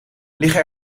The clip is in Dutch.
liggen